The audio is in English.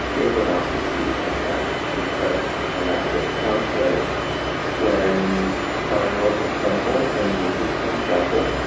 pure democracy, in a sense is present, and that's at the conclave when the cardinals assemble in the sistine chapel,